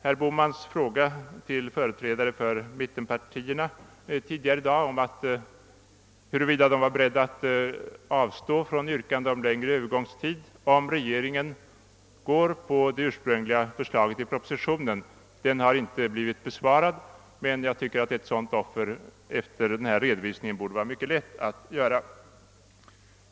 Herr Bohmans fråga till företrädarna för mittenpartierna tidigare i dag, huruvida de var beredda att avstå från yrkandena om längre övergångstider, om regeringen i så fall skulle kvarbli vid det ursprungliga förslaget, har inte besvarats. Men jag tycker att ett sådant offer efter denna redovisning borde vara mycket lätt att göra.